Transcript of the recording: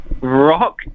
Rock